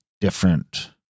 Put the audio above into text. different